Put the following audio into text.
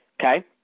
Okay